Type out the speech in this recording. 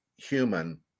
human